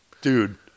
dude